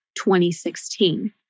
2016